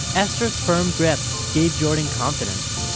esther's firm grip gave jordan confidence.